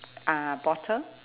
ah bottle